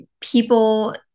people